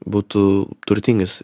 būtų turtingas